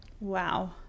Wow